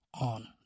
on